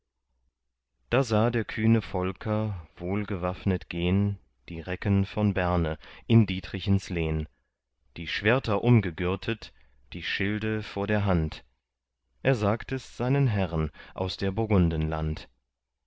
da sah der kühne volker wohlgewaffnet gehn die recken von berne in dietrichens lehn die schwerter umgegürtet die schilde vor der hand er sagt es seinen herren aus der burgunden land